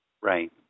Right